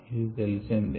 ఇది తెలిసినదే